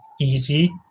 easy